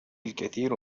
الكثير